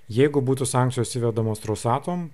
jeigu būtų sankcijos įvedamos rosatom